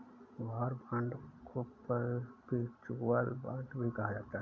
war bond को perpetual bond भी कहा जाता है